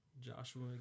Joshua